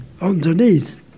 underneath